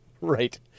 right